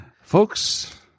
Folks